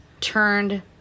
turned